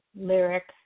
lyrics